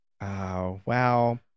wow